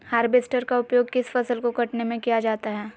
Harvester का उपयोग किस फसल को कटने में किया जाता है?